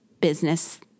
business